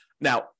Now